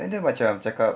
and then macam cakap